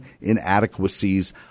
inadequacies